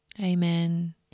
Amen